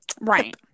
Right